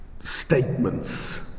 statements